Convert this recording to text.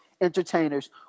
entertainers